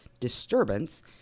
disturbance